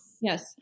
Yes